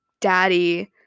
daddy